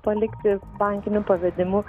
palikti bankiniu pavedimu